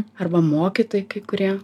arba mokytojai kai kurie